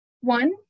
One